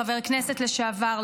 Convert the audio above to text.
חבר הכנסת לשעבר,